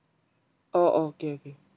oh okay okay